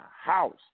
house